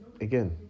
again